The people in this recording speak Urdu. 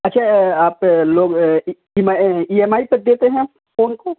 اچھا آپ لوگ ای ایم آئی پر دیتے ہیں فون کو